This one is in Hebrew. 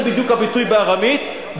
זה בדיוק הביטוי בארמית,